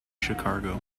chicago